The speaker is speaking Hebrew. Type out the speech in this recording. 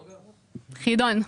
חידון.